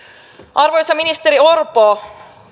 arvoisa ministeri orpo